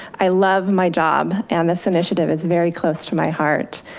i love my job and this initiative is very close to my heart.